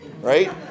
right